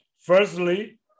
firstly